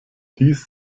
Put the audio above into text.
dies